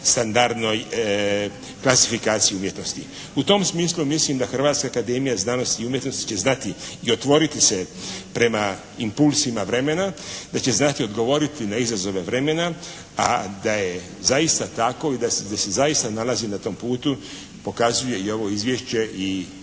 standardnoj klasifikaciji umjetnosti. U tom smislu mislim da Hrvatska akademija znanosti i umjetnosti će znati i otvoriti se prema impulsima vremena, da će znati odgovoriti na izazove vremena a da je zaista tako i da se zaista nalazi na tom putu pokazuje i ovo izvješće i